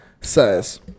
says